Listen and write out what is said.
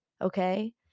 okay